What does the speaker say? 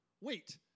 Wait